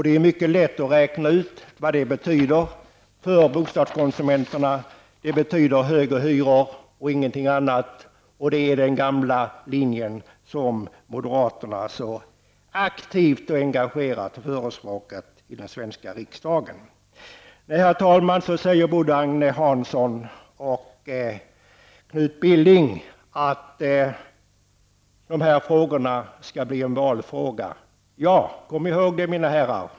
Det är mycket lätt att räkna ut vad moderaternas förslag betyder för bostadskonsumenterna. Det betyder högre hyror och ingenting annat. Det är den gamla linjen som moderaterna så aktivt och engagerat förespråkar i den svenska riksdagen. Både Agne Hansson och Knut Billing säger att bostadsfrågan skall bli en valfråga. Ja, kom ihåg det, mina herrar!